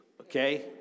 okay